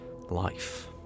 Life